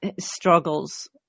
struggles